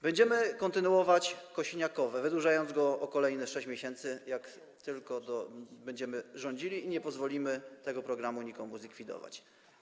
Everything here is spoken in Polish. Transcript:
Będziemy kontynuować wypłatę kosiniakowego, wydłużając ją o kolejne 6 miesięcy, jak tylko będziemy rządzili, i nie pozwolimy tego programu nikomu zlikwidować.